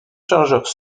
chargeurs